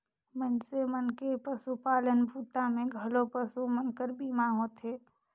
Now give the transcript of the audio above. मइनसे मन के पसुपालन बूता मे घलो पसु मन कर बीमा होथे